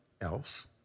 else